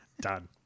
Done